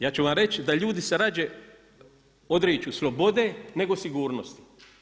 Ja ću vam reći da se ljudi rađe odriču slobode nego sigurnosti.